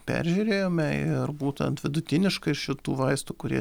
peržiūrėjome ir būtent vidutiniškai šitų vaistų kurie